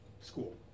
school